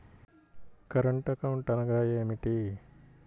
Current account అనగా ఏమిటి?